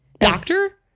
doctor